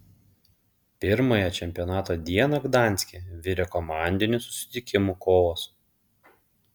pirmąją čempionato dieną gdanske virė komandinių susitikimų kovos